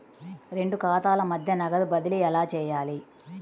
రెండు ఖాతాల మధ్య నగదు బదిలీ ఎలా చేయాలి?